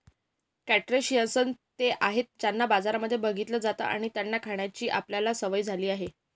crustaceans ते आहेत ज्यांना बाजारांमध्ये बघितलं जात आणि त्यांना खाण्याची आपल्याला सवय झाली आहे